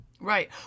Right